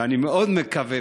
אני מאוד מקווה,